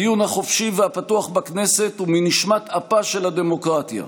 הדיון החופשי והפתוח בכנסת הוא מנשמת אפה של הדמוקרטיה.